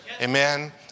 Amen